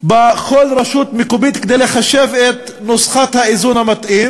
בכל רשות מקומית כדי לחשב את נוסחת האיזון המתאים,